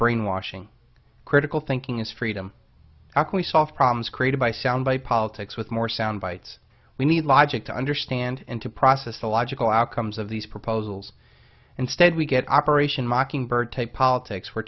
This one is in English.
brainwashing critical thinking is freedom actually soft problems created by sound bite politics with more sound bites we need logic to understand and to process the logical outcomes of these proposals instead we get operation mockingbird take politics